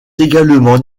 également